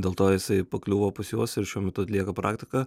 dėl to jisai pakliuvo pas juos ir šiuo metu atlieka praktiką